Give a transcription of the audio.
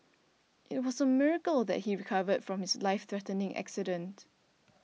it was a miracle that he recovered from his life threatening accident